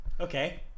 Okay